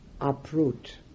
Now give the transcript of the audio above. uproot